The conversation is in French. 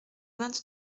vingt